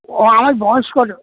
ও আমি বয়স্কদের